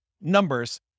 numbers